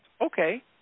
Okay